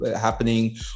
happening